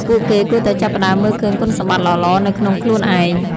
ពួកគេគួរតែចាប់ផ្ដើមមើលឃើញគុណសម្បត្តិល្អៗនៅក្នុងខ្លួនឯង។